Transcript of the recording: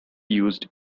used